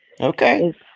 Okay